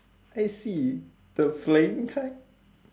I see the flaying kind